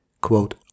Quote